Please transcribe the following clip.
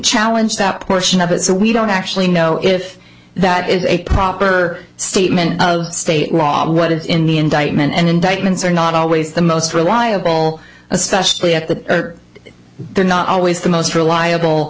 challenge that portion of it so we don't actually know if that is a proper statement of state law but what is in the indictment and indictments are not always the most reliable especially at that they're not always the most reliable